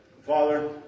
Father